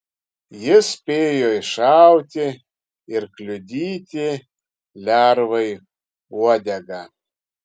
jis spėjo iššauti ir kliudyti lervai uodegą